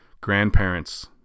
grandparents